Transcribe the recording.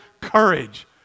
courage